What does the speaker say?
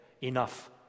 enough